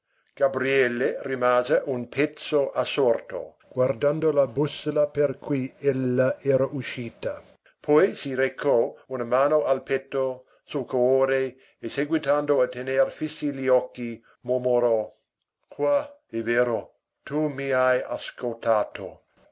gabriele rimase un pezzo assorto guardando la bussola per cui ella era uscita poi si recò una mano al petto sul cuore e seguitando a tener fissi gli occhi mormorò qua è vero tu mi hai ascoltato